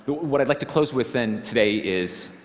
but what i'd like to close with then today is